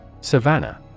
Savannah